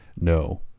No